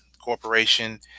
corporation